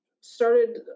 started